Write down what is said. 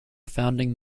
founding